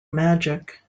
magic